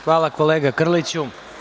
Hvala kolega Krliću.